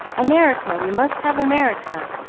america! we must have america!